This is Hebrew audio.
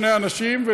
בהחלט כן, אבל